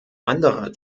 anderer